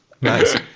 Nice